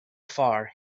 far